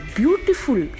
beautiful